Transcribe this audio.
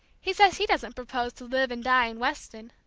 he says he doesn't propose to live and die in weston.